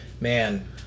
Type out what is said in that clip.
man